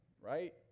right